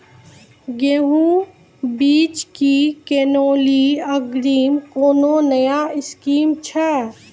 गेहूँ बीज की किनैली अग्रिम कोनो नया स्कीम छ?